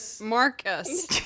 Marcus